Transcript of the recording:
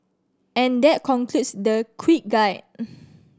and that concludes the quick guide